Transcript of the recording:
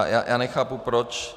Já nechápu, proč.